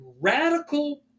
radical